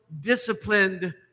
disciplined